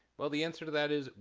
well, the answer to that is,